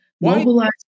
Mobilize